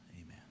Amen